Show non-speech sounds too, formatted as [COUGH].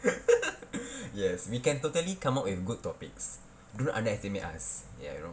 [LAUGHS] yes we can totally come up with good topics do not underestimate us ya you know